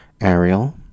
Ariel